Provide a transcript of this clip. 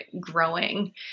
growing